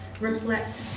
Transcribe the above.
reflect